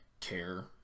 care